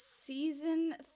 season